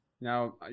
Now